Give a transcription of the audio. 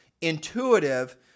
intuitive